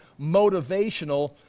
motivational